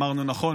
אם אמרנו נכון,